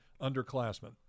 underclassmen